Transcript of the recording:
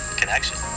connection